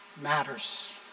matters